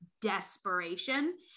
desperation